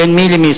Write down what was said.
בין מי למי?